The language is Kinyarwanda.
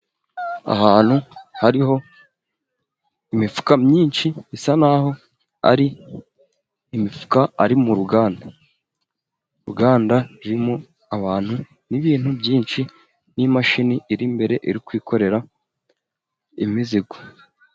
Ahantu hariho imifuka myinshi bisa naho ari imifuka ari mu ruganda. Uruganda ririmo abantu n'ibintu byinshi, n'imashini iri imbere iri kwikorera imizigo.